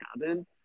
cabin